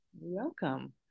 welcome